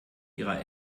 ihrer